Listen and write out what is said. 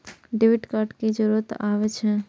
Debit card के की जरूर आवे छै?